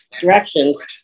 directions